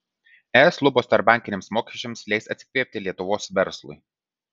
es lubos tarpbankiniams mokesčiams leis atsikvėpti lietuvos verslui